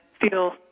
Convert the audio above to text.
feel